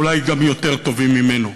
אולי גם יותר טובים ממנו.